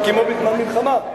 כמו בזמן מלחמה,